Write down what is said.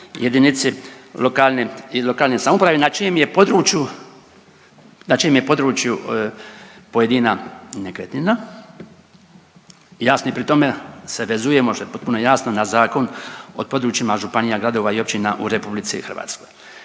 jedinici lokalne samouprave na čijem je području pojedina nekretnina, jasno i pri tome se vezujemo što je potpuno jasno na Zakon o područjima županija, gradova i općina u RH. E sada kada